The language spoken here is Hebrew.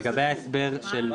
בסדר, שיגיד.